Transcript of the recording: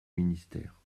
ministère